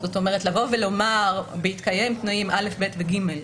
זאת אומרת, לבוא ולומר בהתקיים תנאים א', ב' ו-ג',